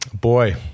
Boy